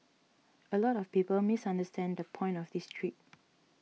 a lot of people misunderstand the point of this trip